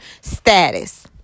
status